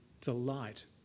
delight